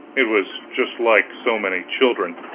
it was just like so many children.